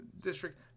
District